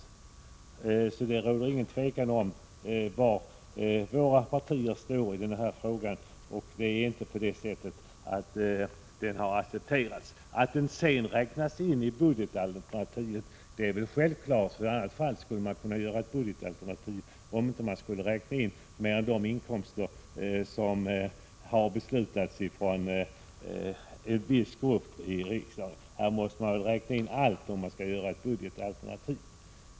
Det råder alltså ingen tvekan om var våra partier står i den här frågan. Det är inte på det sättet att fastighetsskatten accepterats. Att den sedan räknas in i budgetalternativet är självklart. Hur skulle man kunna göra ett budgetalternativ, om man inte räknade in de inkomster som har beslutats av en viss grupp i riksdagen? Man måste räkna in allt, om man skall göra upp ett budgetalternativ.